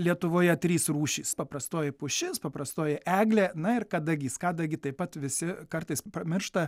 lietuvoje trys rūšys paprastoji pušis paprastoji eglė na ir kadagys kadagį taip pat visi kartais pamiršta